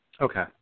Okay